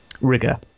rigor